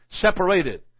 separated